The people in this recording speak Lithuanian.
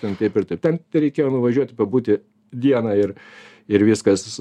ten taip ir taip ten tereikėjo nuvažiuoti pabūti dieną ir ir viskas